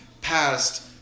passed